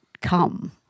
come